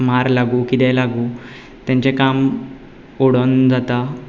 मार लागूं किदेंय लागूं तांचे काम उडोन जाता